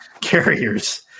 carriers